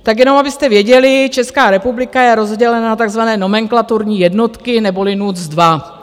Tak jenom abyste věděli, Česká republika je rozdělena na takzvané nomenklaturní jednotky, neboli NUTS 2.